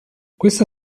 questa